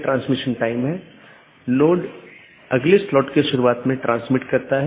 प्रत्येक EBGP router अलग autonomous system में हैं